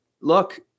look